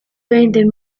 veinte